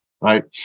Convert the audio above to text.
Right